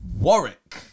warwick